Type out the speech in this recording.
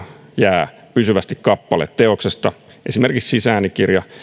jää pysyvästi kappale teoksesta esimerkiksi siis äänikirja